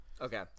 Okay